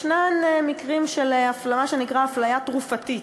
יש מקרים של מה שנקרא הפליה תרופתית.